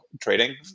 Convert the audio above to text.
trading